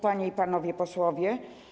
Panie i Panowie Posłowie!